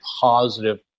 positive